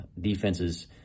defense's